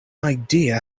idea